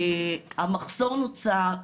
המחסור נוצר,